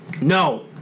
No